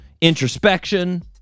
introspection